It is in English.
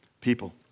people